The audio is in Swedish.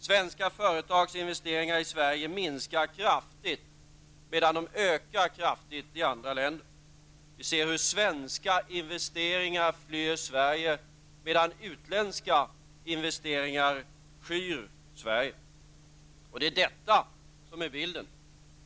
Svenska företags investeringar i Sverige minskar kraftigt, medan de ökar kraftigt i andra länder. Vi ser hur svenska investeringar flyr Sverige och utländska skyr Sverige. Så ser bilden ut.